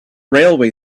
railway